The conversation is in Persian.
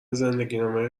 زندگینامه